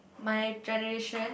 my generation